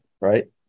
right